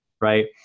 right